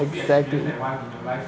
exactly